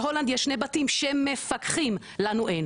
להולנד יש שני בתים שמפקחים לנו אין,